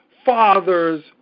Father's